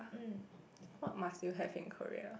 what must you have in Korea